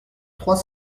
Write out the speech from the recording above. trois